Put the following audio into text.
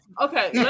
Okay